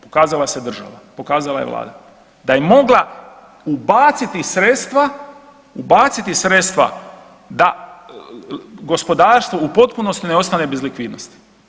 Pokazala se država, pokazala je vlada da je mogla ubaciti sredstva, ubaciti sredstva da gospodarstvo u potpunosti ne ostane bez likvidnosti.